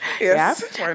Yes